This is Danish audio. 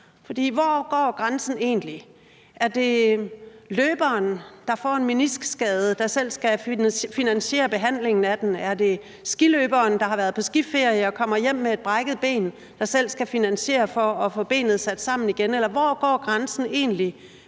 hvor går grænsen egentlig? Er det løberen, der får en meniskskade, der selv skal finansiere behandlingen af den, er det skiløberen, der har været på skiferie og kommer hjem med et brækket ben, der selv skal finansiere at få benet sat sammen igen, eller hvor går grænsen egentlig